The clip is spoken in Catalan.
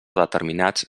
determinats